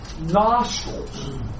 nostrils